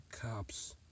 cops